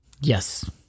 Yes